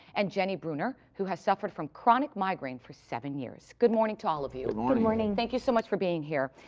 and jenny bruner, who has suffered from chronic migraines for seven years. good morning to all of you. good and morning. thank you so much for being here.